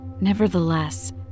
Nevertheless